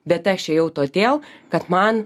bet aš ėjau todėl kad man